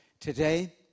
today